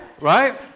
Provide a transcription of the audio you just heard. right